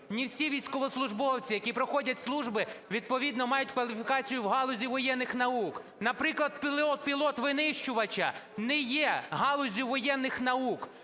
Не всі військовослужбовці, які проходять службу, відповідно мають кваліфікацію в галузі воєнних наук. Наприклад, пілот винищувача не є галуззю воєнних наук.